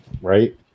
right